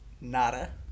Nada